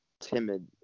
timid